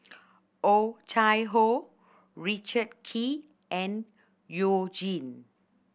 Oh Chai Hoo Richard Kee and You Jin